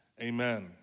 amen